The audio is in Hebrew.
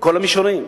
בכל המישורים.